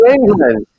England